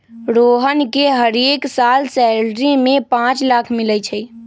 रोहन के हरेक साल सैलरी में पाच लाख मिलई छई